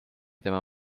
tema